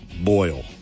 boil